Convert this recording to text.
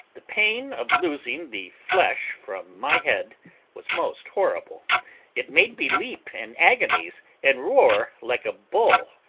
the pain of losing the flesh from my head was most horrible it made me leap in agonies, and roar like a bull.